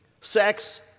Sex